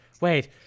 Wait